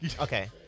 Okay